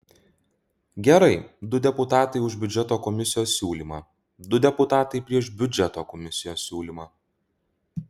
gerai du deputatai už biudžeto komisijos siūlymą du deputatai prieš biudžeto komisijos siūlymą